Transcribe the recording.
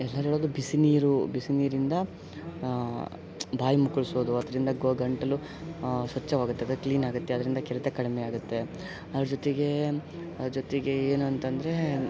ಎಲ್ಲರೂ ಹೇಳೋದು ಬಿಸಿ ನೀರು ಬಿಸಿ ನೀರಿಂದ ಬಾಯಿ ಮುಕ್ಕಳಿಸೋದು ಅದರಿಂದ ಗೋ ಗಂಟಲು ಸ್ವಚ್ಛವಾಗುತ್ತದೆ ಕ್ಲೀನಾಗುತ್ತೆ ಅದರಿಂದ ಕೆರೆತ ಕಡಿಮೆ ಆಗುತ್ತೆ ಅದ್ರ ಜೊತೆಗೆ ಜೊತೆಗೆ ಏನು ಅಂತಂದರೆ